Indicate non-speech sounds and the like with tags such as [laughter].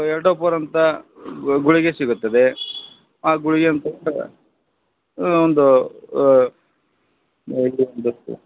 ಎಲ್ಡೋಫೋರ್ ಅಂತ ಗುಳಿಗೆ ಸಿಗುತ್ತದೆ ಆ ಗುಳಿಗೆಯನ್ನು [unintelligible] ಒಂದು [unintelligible]